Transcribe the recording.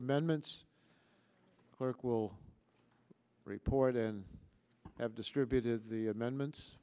amendments clerk will report and have distributed the amendments